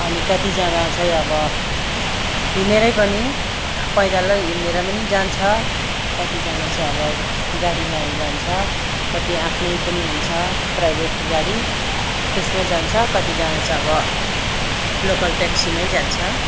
अनि कतिजना चाहिँ अब हिँडेरै पनि पैदलै हिँडेर पनि जान्छ कतिजना चाहिँ अब गाडीमै जान्छ कति आफ्नै पनि हुन्छ प्राइभेट गाडी त्यसमै जान्छ कतिजना चाहिँ अब लोकल ट्याक्सीमै जान्छ